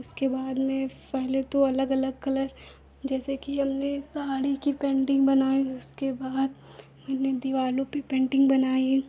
उसके बाद में पहले तो अलग अलग कलर जैसे कि हमने साड़ी की पेन्टिन्ग बनाई उसके बाद मैंने दीवारो पर पेन्टिन्ग बनाई